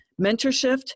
Mentorship